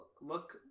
look